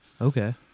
okay